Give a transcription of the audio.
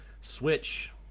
switch